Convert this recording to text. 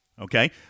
okay